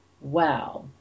Wow